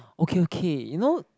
okay okay you know